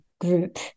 group